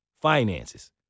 finances